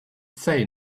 say